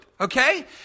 Okay